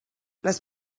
les